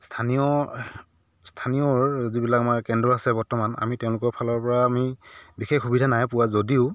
স্থানীয় স্থানীয়ৰ যিবিলাক আমাৰ কেন্দ্ৰ আছে বৰ্তমান আমি তেওঁলোকৰ ফালৰ পৰা আমি বিশেষ সুবিধা নাই পোৱা যদিও